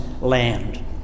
land